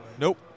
Nope